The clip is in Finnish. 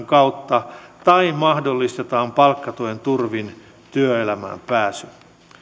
kautta tai mahdollistetaan palkkatuen turvin työelämään pääsy